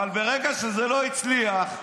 אבל ברגע שזה לא הצליח,